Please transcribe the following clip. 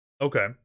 okay